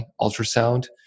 ultrasound